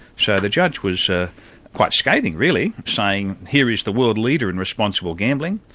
so the judge was quite scathing really, saying, here is the world leader in responsible gambling,